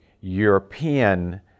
European